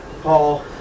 Paul